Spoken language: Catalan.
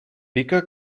pica